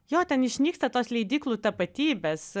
jo ten išnyksta tos leidyklų tapatybės